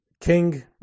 king